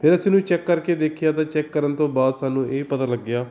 ਫਿਰ ਇਸਨੂੰ ਚੈੱਕ ਕਰਕੇ ਦੇਖਿਆ ਤਾਂ ਚੈੱਕ ਕਰਨ ਤੋਂ ਬਾਅਦ ਸਾਨੂੰ ਇਹ ਪਤਾ ਲੱਗਿਆ